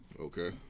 Okay